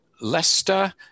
Leicester